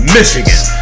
Michigan